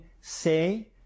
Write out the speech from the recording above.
say